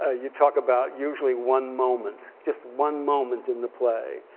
ah you talk about usually one moment. just one moment in the play.